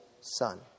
son